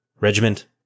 Regiment